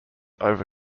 over